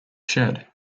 shed